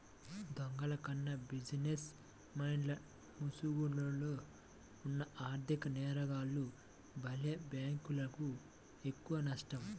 దొంగల కన్నా బిజినెస్ మెన్ల ముసుగులో ఉన్న ఆర్ధిక నేరగాల్ల వల్లే బ్యేంకులకు ఎక్కువనష్టం